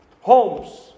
homes